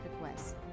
requests